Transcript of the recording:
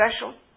special